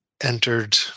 entered